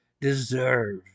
deserve